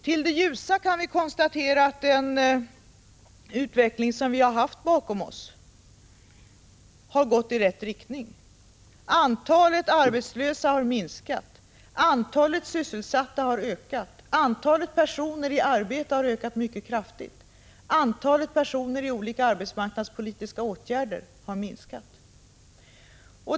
Till det ljusa kan vi räkna att den utveckling som vi har bakom oss har gått i rätt riktning. Antalet arbetslösa har minskat. Antalet sysselsatta har ökat. Antalet personer i arbete har ökat mycket kraftigt. Antalet personer i olika arbetsmarknadspolitiska åtgärder har minskat.